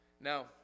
Now